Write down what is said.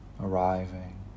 arriving